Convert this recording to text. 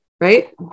right